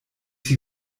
hier